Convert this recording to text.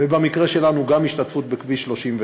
ובמקרה שלנו גם השתתפות בכביש 38,